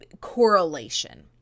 correlation